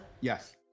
Yes